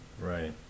Right